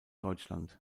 deutschland